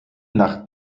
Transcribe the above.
nach